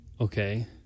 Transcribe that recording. Okay